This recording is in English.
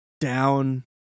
down